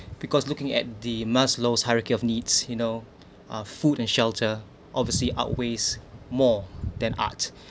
because looking at the maslow's hierarchy of needs you know uh food and shelter obviously outweighs more than art